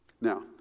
Now